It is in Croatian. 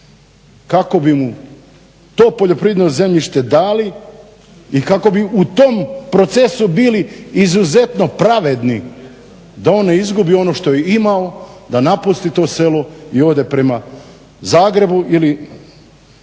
kako bi mu to poljoprivredno zemljište dali i kako bi u tom procesu bili izuzetno pravedni da on ne izgubi ono što je imao, da napusti to selo i ode prema Zagrebu ili